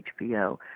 HBO